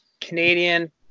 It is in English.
Canadian